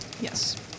Yes